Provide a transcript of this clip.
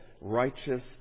righteous